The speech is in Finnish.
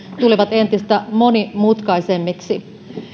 tulevat entistä monimutkaisemmiksi